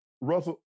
Russell